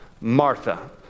Martha